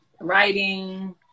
writing